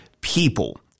people